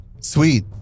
Sweet